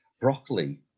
broccoli